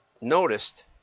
noticed